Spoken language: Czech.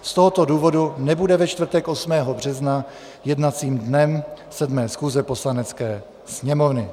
Z tohoto důvodu nebude čtvrtek 8. března jednacím dnem sedmé schůze Poslanecké sněmovny.